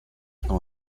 con